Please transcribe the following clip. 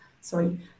sorry